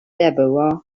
deborah